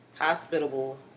hospitable